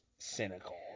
cynical